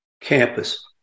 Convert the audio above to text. campus